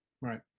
right